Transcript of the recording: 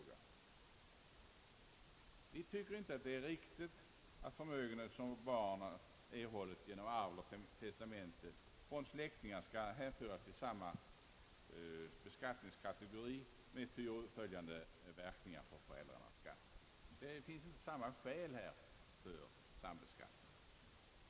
Vi tycker alltså inte att det är riktigt att förmögenheter som barn erhållit genom arv eller testamente från släktingar skall beskattas gemensamt med föräldrarnas förmögenhet med ty åtföljande verkningar för föräldrarnas marginalskatt. Det finns här inte samma skäl för sambeskattning.